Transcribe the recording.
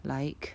like